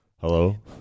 Hello